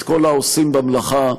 את כל העושים במלאכה,